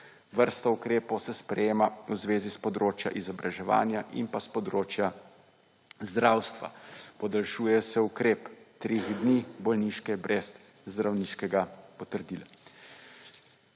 Vrsta ukrepov se sprejema v zvezi s področjem izobraževanja in pa s področja zdravstva. Podaljšuje se ukrep 3 dni bolniške brez zdravniškega potrdila.